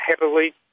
heavily